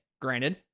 Granted